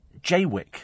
Jaywick